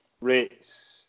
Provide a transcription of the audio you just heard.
rates